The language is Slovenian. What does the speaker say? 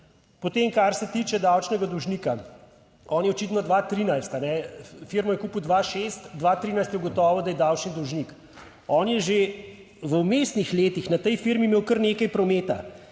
Potem, kar se tiče davčnega dolžnika, on je očitno 2013, firmo je kupil 2006, 2013 je ugotovil, da je davčni dolžnik, on je že v vmesnih letih na tej firmi imel kar nekaj prometa.